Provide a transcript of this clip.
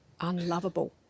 unlovable